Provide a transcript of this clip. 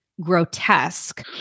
grotesque